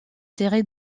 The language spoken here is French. tirer